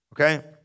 okay